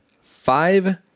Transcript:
Five